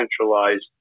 centralized